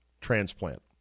transplant